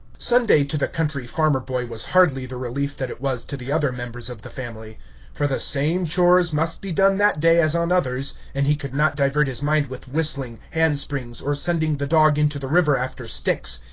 sunday to the country farmer-boy was hardly the relief that it was to the other members of the family for the same chores must be done that day as on others, and he could not divert his mind with whistling, hand-springs, or sending the dog into the river after sticks.